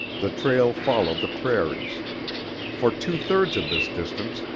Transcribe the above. the trail followed the prairies for two thirds of this distance,